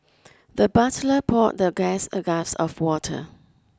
the butler poured the guest a glass of water